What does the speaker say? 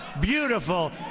beautiful